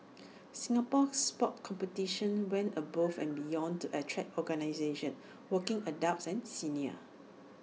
Singapore Sport competitions went above and beyond to attract organisations working adults and seniors